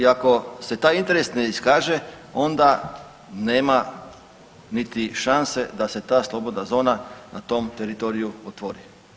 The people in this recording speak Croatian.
I ako se taj interes ne iskaže onda nema niti šanse da se ta slobodna zona na tom teritoriju otvori.